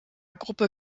gruppe